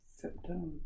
September